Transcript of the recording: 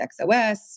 XOS